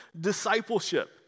discipleship